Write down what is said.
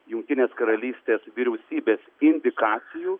jungtinės karalystės vyriausybės indikacijų